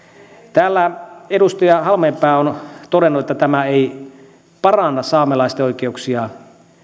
täällä edustaja halmeenpää on todennut että tämä ei paranna saamelaisten oikeuksia